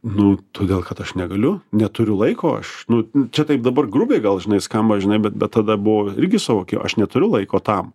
nu todėl kad aš negaliu neturiu laiko aš nu čia taip dabar grubiai gal žinai skamba žinai bet bet tada buvo irgi suvoki aš neturiu laiko tam